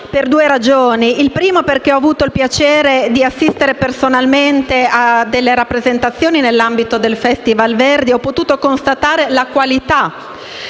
per due ragioni: in primo luogo, perché ho avuto il piacere di assistere personalmente a delle rappresentazioni nell'ambito del Festival Verdi e ho potuto constatare la loro qualità,